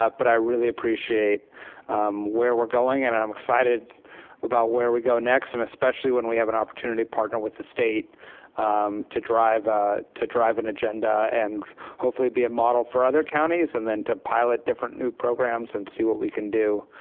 ah but i really appreciate where we're going and i'm excited about where we go next. and especially when we have an opportunity to partner with the state to drive to drive an agenda and hopefully be a model for other counties and then to pilot different new programs and see what we can do